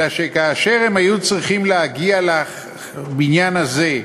אלא שכאשר הם היו צריכים להגיע לבניין הזה,